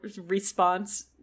response